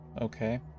Okay